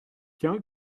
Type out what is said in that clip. tiens